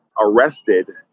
arrested